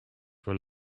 were